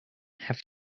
have